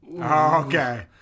Okay